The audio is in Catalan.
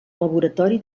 laboratori